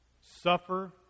suffer